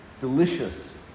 delicious